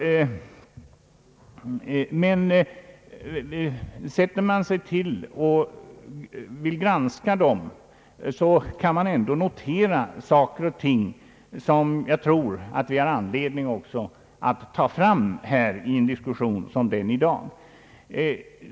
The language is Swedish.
Men sätter man sig ned för att granska dem, kan man ändå notera saker och ting som jag tror att vi har anledning att ta upp i en diskussion som den i dag.